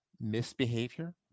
misbehavior